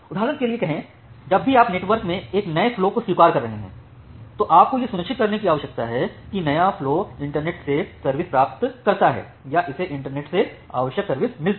उदाहरण के लिए कहें जब भी आप नेटवर्क में एक नए फ्लो को स्वीकार कर रहे हैं तो आपको यह सुनिश्चित करने की आवश्यकता है कि नया फ्लो इंटरनेट से सर्विस प्राप्त करता है या इसे इंटरनेट से आवश्यक सर्विस मिलती है